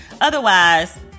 Otherwise